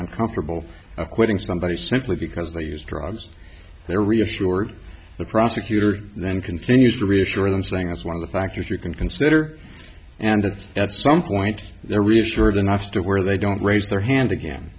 uncomfortable acquitting somebody simply because they use drugs they're reassured the prosecutor then continues to reassure them saying that's one of the factors you can consider and at some point they're reassured enough to where they don't raise their hand again